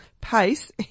pace